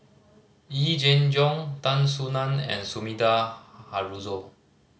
Yee Jenn Jong Tan Soo Nan and Sumida Haruzo